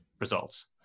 results